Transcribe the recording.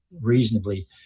reasonably